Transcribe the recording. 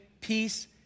peace